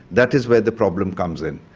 that is where the problem comes in.